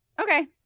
Okay